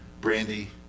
Brandy